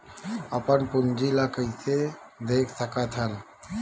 अपन पूंजी ला कइसे देख सकत हन?